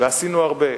ועשינו הרבה.